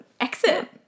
exit